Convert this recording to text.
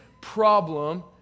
problem